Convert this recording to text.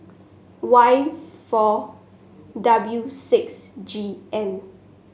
Y four W six G N